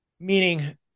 Meaning